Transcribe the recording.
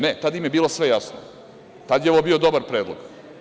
Ne, tada im je bilo sve jasno, tada je ovo bio dobar predlog.